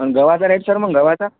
आणि गव्हाचा rate sir मग गव्हाचा